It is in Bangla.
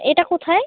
এটা কোথায়